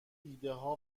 ایدهها